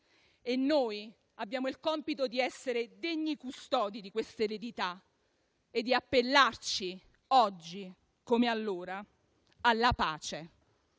E noi abbiamo il compito di essere degni custodi di questa eredità e di appellarci, oggi come allora, alla pace.